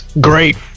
great